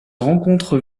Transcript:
rencontre